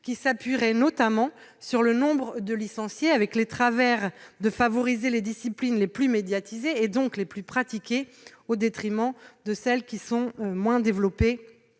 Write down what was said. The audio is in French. qui s'appuieraient notamment sur le nombre de licenciés, au risque de favoriser les disciplines les plus médiatisées, et donc les plus pratiquées, au détriment des autres, qui ont précisément